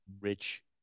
rich